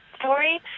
story